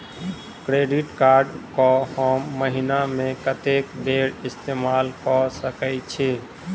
Credit card कऽ हम महीना मे कत्तेक बेर इस्तेमाल कऽ सकय छी?